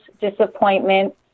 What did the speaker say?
disappointment